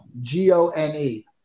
G-O-N-E